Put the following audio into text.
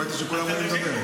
ראיתי שכולם עולים לדבר.